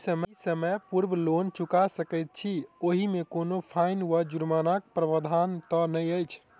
की समय पूर्व लोन चुका सकैत छी ओहिमे कोनो फाईन वा जुर्मानाक प्रावधान तऽ नहि अछि?